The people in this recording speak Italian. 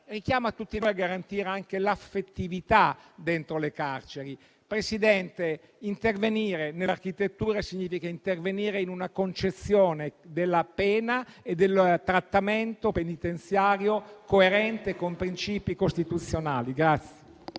richiama tutti noi a garantire anche l'affettività dentro le carceri. Signor Presidente, intervenire sull'architettura significa intervenire su una concezione della pena e del trattamento penitenziario coerente con princìpi costituzionali.